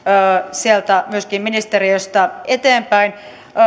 sieltä ministeriöstä eteenpäin